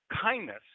kindness